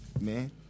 Man